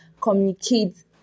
communicate